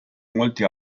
molti